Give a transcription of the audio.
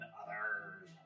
others